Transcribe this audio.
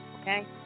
okay